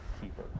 keeper